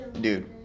Dude